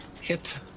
hit